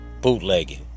bootlegging